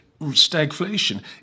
stagflation